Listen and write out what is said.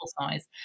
size